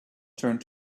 turned